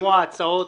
לשמוע הצעות